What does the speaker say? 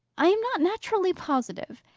i am not naturally positive.